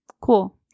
Cool